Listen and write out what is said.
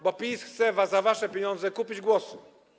Bo PiS chce za wasze pieniądze kupić głosy.